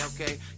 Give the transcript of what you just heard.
okay